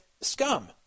scum